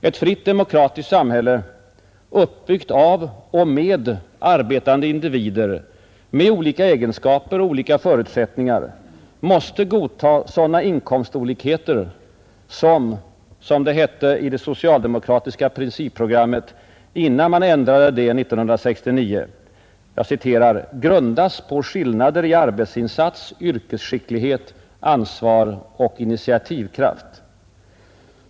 Ett fritt demokratiskt samhälle, uppbyggt av och med arbetande individer med olika egenskaper och olika förutsättningar, måste godta sådana inkomstolikheter som — som det hette i det socialdemokratiska principprogrammet innan man ändrade det 1969 — ”grundas på skillnader i arbetsinsats, yrkesskicklighet, ansvar och initiativkraft”.